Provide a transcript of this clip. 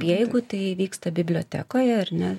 jeigu tai vyksta bibliotekoje ar ne